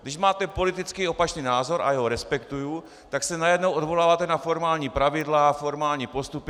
Když máte politicky opačný názor, a já ho respektuji, tak se najednou odvoláváte na formální pravidla, formální postupy.